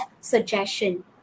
suggestion